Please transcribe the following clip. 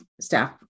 staff